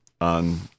on